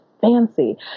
fancy